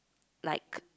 like